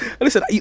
listen